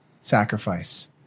sacrifice